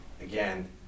again